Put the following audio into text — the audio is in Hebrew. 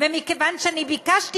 ומכיוון שאני ביקשתי,